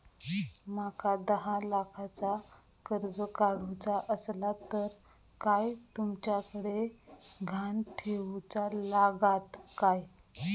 माका दहा लाखाचा कर्ज काढूचा असला तर काय तुमच्याकडे ग्हाण ठेवूचा लागात काय?